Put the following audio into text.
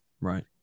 right